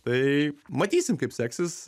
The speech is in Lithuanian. tai matysim kaip seksis